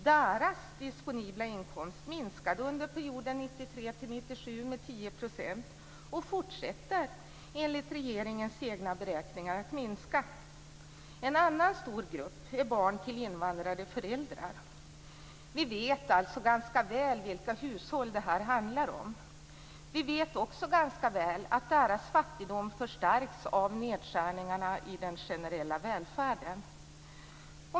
Deras disponibla inkomst minskade under perioden 1993-1997 med 10 % och fortsätter enligt regeringens egna beräkningar att minska. En annan stor grupp är barn till invandrade föräldrar. Vi vet alltså ganska väl vilka hushåll det handlar om. Vi vet också ganska väl att deras fattigdom förstärks av nedskärningarna i den generella välfärden.